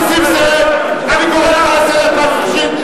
חבר הכנסת נסים זאב, אני קורא לך לסדר פעם שנייה.